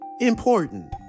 important